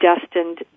destined